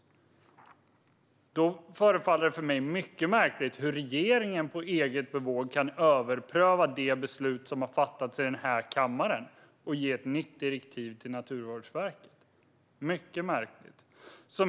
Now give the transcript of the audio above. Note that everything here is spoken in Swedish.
Det förefaller mig mycket märkligt att regeringen på eget bevåg kan överpröva det beslut som har fattats i denna kammare och ge ett nytt direktiv till Naturvårdsverket - mycket märkligt.